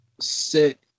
sit